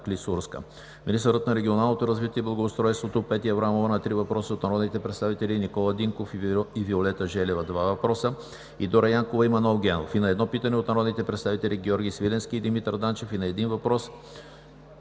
Клисурска; - министърът на регионалното развитие и благоустройството Петя Аврамова на три въпроса от народните представители Никола Динков и Виолета Желева – два въпроса, и Дора Янкова и Манол Генов; и на едно питане от народните представители Георги Свиленски и Димитър Данчев; и на един въпрос